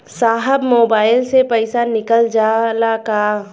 साहब मोबाइल से पैसा निकल जाला का?